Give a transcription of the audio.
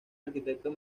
arquitecto